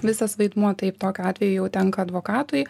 visas vaidmuo taip tokiu atveju jau tenka advokatui